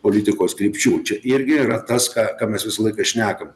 politikos krypčių čia irgi yra tas ką mes visą laiką šnekam